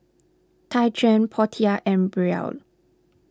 Tyquan Portia and Brielle